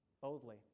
boldly